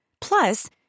Plus